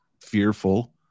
fearful